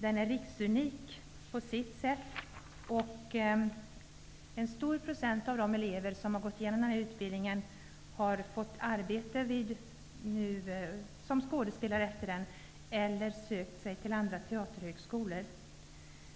Den är riksunik på sitt sätt. En stor andel av de elever som har gått igenom utbildningen har fått arbete som skådespelare eller sökt sig till andra teaterhögskolor.